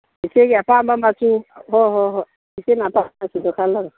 ꯏꯆꯦꯒꯤ ꯑꯄꯥꯝꯕ ꯃꯆꯨ ꯍꯣꯏ ꯍꯣꯏ ꯍꯣꯏ ꯏꯆꯦꯅ ꯑꯄꯥꯝꯕ ꯃꯆꯨꯗꯣ ꯈꯜꯂꯔꯣ